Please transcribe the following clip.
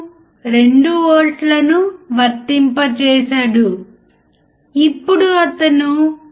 వాస్తవానికి యాంప్లిఫైయర్ మోడల్ను అర్థం చేసుకోవడం చాలా సులభం